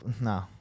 no